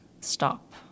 stop